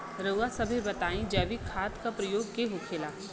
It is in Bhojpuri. रउआ सभे बताई जैविक खाद क प्रकार के होखेला?